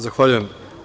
Zahvaljujem.